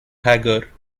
hagar